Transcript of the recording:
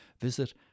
visit